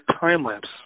time-lapse